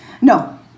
No